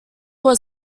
was